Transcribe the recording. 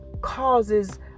causes